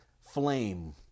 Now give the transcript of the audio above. flame